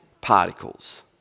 particles